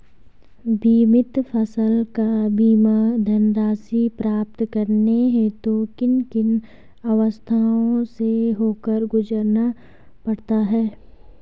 बीमित फसल का बीमा धनराशि प्राप्त करने हेतु किन किन अवस्थाओं से होकर गुजरना पड़ता है?